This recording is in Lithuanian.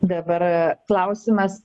dabar klausimas